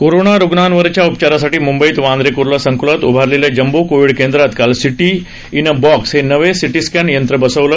corona रुग्णांवरच्या उपचारासाठी मुंबईत वांद्रे कुर्ला संकुलात उभारलेल्या जंबो कोविड केंद्रात काल सीटी इन अ बॉक्स हे नवं सीटीस्कॅन यंत्र बसवलं